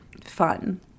fun